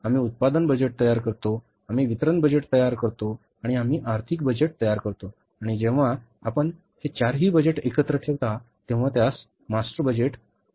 आम्ही उत्पादन बजेट तयार करतो आम्ही वितरण बजेट तयार करतो आणि आम्ही आर्थिक बजेट तयार करतो आणि जेव्हा आपण हे चारही बजेट एकत्र ठेवता तेव्हा ते मास्टर बजेट ठरते